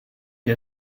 que